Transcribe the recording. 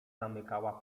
zamykała